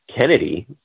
Kennedy